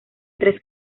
tres